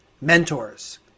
mentors